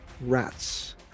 Rats